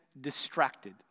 distracted